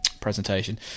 presentation